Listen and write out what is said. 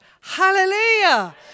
Hallelujah